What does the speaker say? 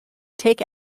take